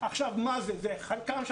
כל החודש,